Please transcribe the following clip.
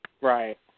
right